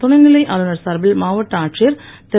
துணைநிலை ஆளுநர் சார்பில் மாவட்ட ஆட்சியர் திரு